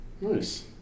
Nice